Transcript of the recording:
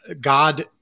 God